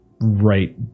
right